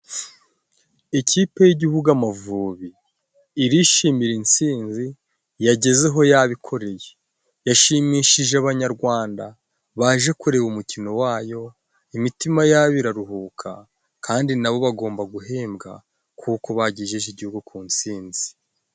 Ikipe y'igihugu Amavubi irishimira intsinzi yagezeho yabikoreye yashimishije abanyarwanda baje kureba umukino wayo imitima yabo iraruhuka kandi nabo bagomba guhembwa kuko bagejeje igihugu ku ntsinzi.